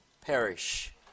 perish